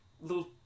little